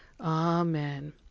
Amen